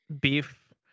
beef